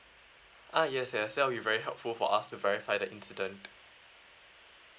uh yes yes that'll be very helpful for us to verify the incident